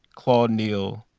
claude neal,